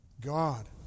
God